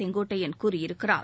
செங்கோட்டையன் கூறியிருக்கிறார்